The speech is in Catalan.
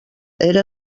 era